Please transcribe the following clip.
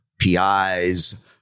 PIs